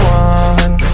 one